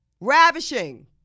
ravishing